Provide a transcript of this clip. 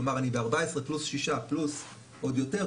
כלומר אני ב-14% פלוס 6% פלוס עוד יותר,